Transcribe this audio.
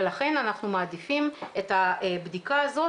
ולכן אנחנו מעדיפים את הבדיקה הזאת,